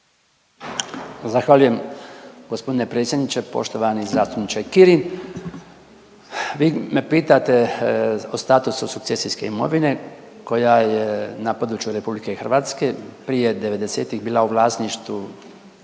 Zahvaljujem gospodine predsjedniče, poštovani zastupniče Kirin. Vi me pitate o statusu sukcesijske imovine koja je na području Republike Hrvatske prije devedesetih bila u vlasništvu